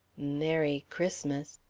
merry christmas.